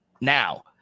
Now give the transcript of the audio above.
Now